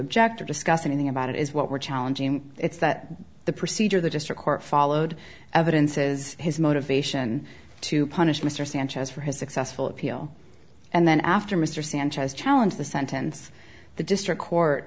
object or discuss anything about it is what we're challenging it's that the procedure the district court followed evidences his motivation to punish mr sanchez for his successful appeal and then after mr sanchez challenge the sentence the district court